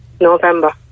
November